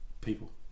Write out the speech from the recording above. People